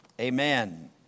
Amen